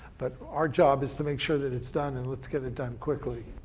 but our job is to make sure that it's done, and let's get it done quickly.